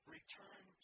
Return